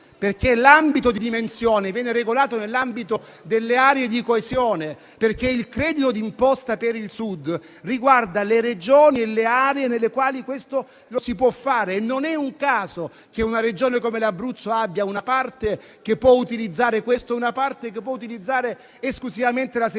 perché l'ambito di dimensione viene regolato nell'ambito delle aree di coesione; perché il credito d'imposta per il Sud riguarda le Regioni e le aree nelle quali questo si può fare. E non è un caso che una Regione come l'Abruzzo abbia una parte che può accedere a questo e una parte che può utilizzare esclusivamente la semplificazione.